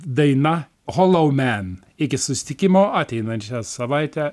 daina holau men iki susitikimo ateinančią savaitę